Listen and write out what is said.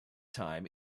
time